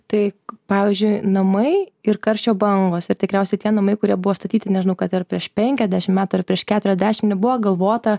taip pavyzdžiui namai ir karščio bangos ir tikriausiai tie namai kurie buvo statyti nežinau kad ir prieš penkiasdešimt metų ar prieš keturiasdešimt nebuvo galvota